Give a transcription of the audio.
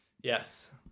Yes